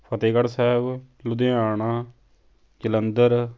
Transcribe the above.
Fatehgarh Sahib Ludhiana Jalandhar